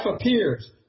appears